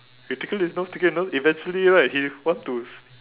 we tickle his nose tickle his nose eventually right he wants to